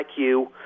IQ